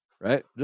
Right